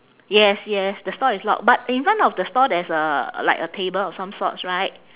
yes yes the stall is locked but in front of the stall there's a like a table of some sorts right